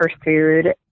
pursued